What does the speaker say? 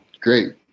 great